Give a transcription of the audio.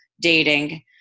dating